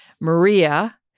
Maria